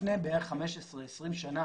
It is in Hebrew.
לפני בערך 15-20 שנים